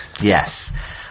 yes